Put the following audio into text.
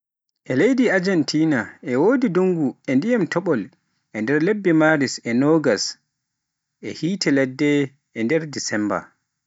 E leydi Ajentina e wodi ndungu e dyiman topol e nder lebbe Maris e Agusta e Desemba e yiite ladde.